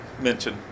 mention